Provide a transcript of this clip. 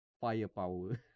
Firepower